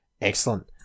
Excellent